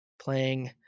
playing